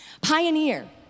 Pioneer